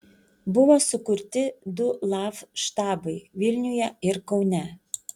buvo sukurti du laf štabai vilniuje ir kaune